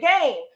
game